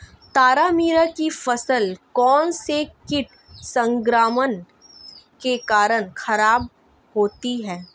तारामीरा की फसल कौनसे कीट संक्रमण के कारण खराब होती है?